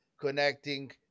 connecting